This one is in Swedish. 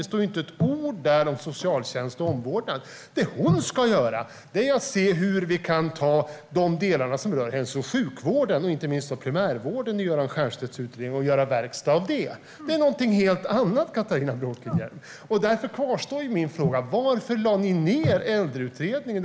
Det står inte ett ord om socialtjänst och omvårdnad. Det Anna Nergårdh ska göra är att titta på hur vi kan ta de delar som rör hälso och sjukvården och inte minst primärvården i Göran Stiernstedts utredning och göra verkstad av det. Det är något helt annat, Catharina Bråkenhielm. Därför kvarstår min fråga. Varför lade ni ned Äldreutredningen?